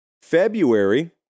February